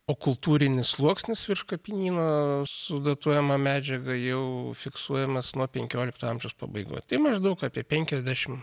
o kultūrinis sluoksnis virš kapinyno su datuojama medžiaga jau fiksuojamas nuo penkiolikto amžiaus pabaigoj tai maždaug apie penkiasdešimt